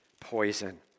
poison